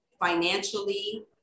financially